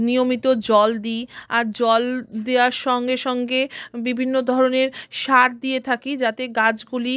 নিয়মিত জল দিই আর জল দেওয়ার সঙ্গে সঙ্গে বিভিন্ন ধরনের সার দিয়ে থাকি যাতে গাছগুলি